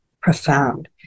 profound